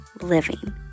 living